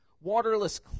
Waterless